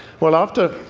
well, after